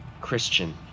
Christian